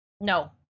No